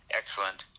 excellent